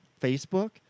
Facebook